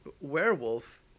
Werewolf